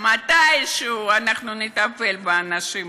מתישהו נטפל באנשים האלה.